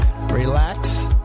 relax